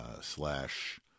slash